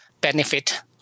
benefit